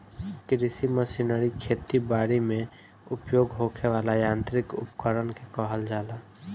कृषि मशीनरी खेती बरी में उपयोग होखे वाला यांत्रिक उपकरण के कहल जाला